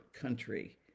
country